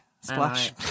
Splash